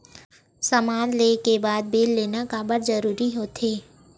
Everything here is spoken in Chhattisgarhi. समान ले के बाद बिल लेना काबर जरूरी होथे?